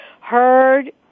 heard